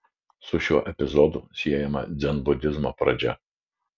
su šiuo epizodu siejama dzenbudizmo pradžia